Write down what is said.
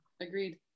agreed